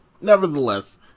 Nevertheless